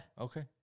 Okay